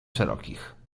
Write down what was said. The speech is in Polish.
szerokich